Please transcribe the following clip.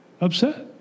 upset